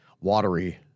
watery